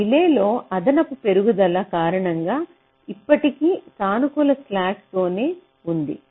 delay లో అదనపు పెరుగుదల కారణంగా ఇప్పటికీ సానుకూల స్లాక్ తోనే ఉంది